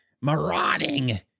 marauding